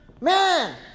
man